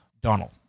Donald